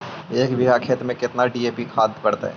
एक बिघा खेत में केतना डी.ए.पी खाद पड़तै?